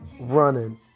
Running